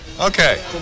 Okay